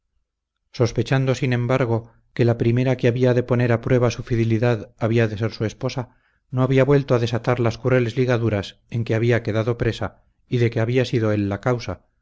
sospechando sin embargo que la primera que había de poner a prueba su fidelidad había de ser su esposa no había vuelto a desatar las crueles ligaduras en que había quedado presa y de que había sido él la causa